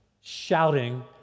shouting